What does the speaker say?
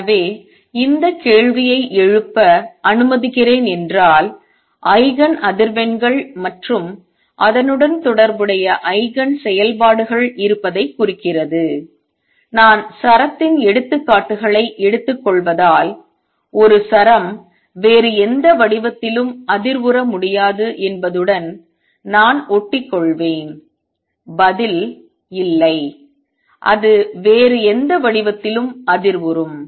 எனவே இந்த கேள்வியை எழுப்ப அனுமதிக்கிறேன் என்றால் ஐகன் அதிர்வெண்கள் மற்றும் அதனுடன் தொடர்புடைய ஐகன் செயல்பாடுகள் இருப்பதைக் குறிக்கிறது நான் சரத்தின் எடுத்துக்காட்டுகளை எடுத்துக்கொள்வதால் ஒரு சரம் வேறு எந்த வடிவத்திலும் அதிர்வுற முடியாது என்பதுடன் நான் ஒட்டிக்கொள்வேன் பதில் இல்லை அது வேறு எந்த வடிவத்திலும் அதிர்வுறும்